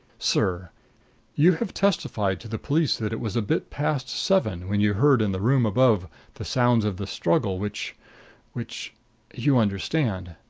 sir you have testified to the police that it was a bit past seven when you heard in the room above the sounds of the struggle which which you understand.